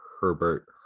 herbert